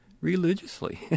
religiously